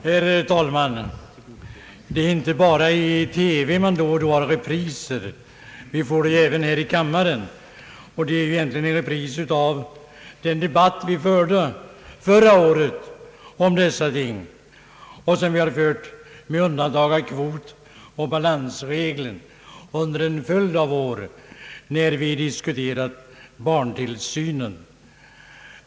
Herr talman! Det är inte bara i TV man då och då har repriser. Vi får det även här i kammaren. Debatten nu är egentligen en repris av den debatt som vi förde förra året om dessa ting och som vi har fört — utom då det gäller kvotoch balansregeln — under en följd av år när vi diskuterat barntillsynen.